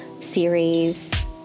series